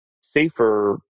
safer